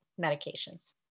medications